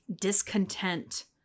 discontent